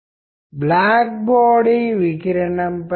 నేను మాట్లాడిన ఆ ఛానల్స్ గురించి ఇక్కడ కొన్ని ఉదాహరణలు ఉన్నాయి